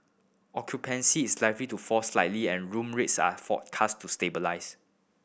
occupancy is likely to fall slightly and room rates are forecast to stabilise